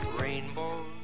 Rainbows